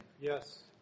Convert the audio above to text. Yes